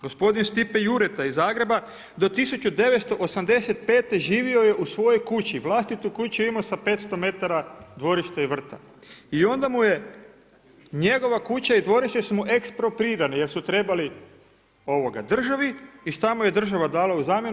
Gospodin Stipe Jureta iz Zagreba do 1985. živio je u svojoj kući, vlastitu kuću je imao sa 500m dvorišta i vrta i onda mu je njegova kuća i dvorište su mu eksproprirani jer su trebali državi i šta mu je država dala u zamjenu?